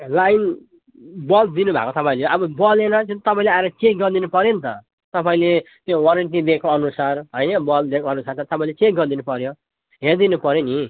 line bulb दिनु भएको छ तपाईँले अब बलेन जुन आएर चेक गरिदिनु पऱ्यो नि त तपाईँले त्यो वारेन्टी दिएको अनुसार होइन बल्ब दिएको अनुसार त तपाईँले चेक गरिदिनु पऱ्यो हेरिदिनु पऱ्यो नि